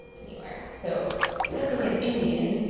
anywhere. so typing in indian